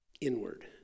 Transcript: inward